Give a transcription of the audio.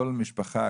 כל משפחה,